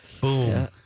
Boom